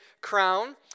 Crown